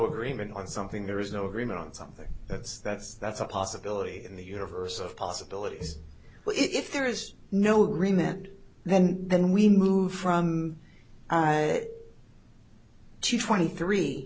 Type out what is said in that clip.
agreement on something there is no agreement on something that's that's that's a possibility in the universe of possibilities so if there is no agreement then then we move from that to twenty three